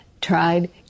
tried